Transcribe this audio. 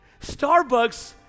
Starbucks